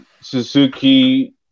Suzuki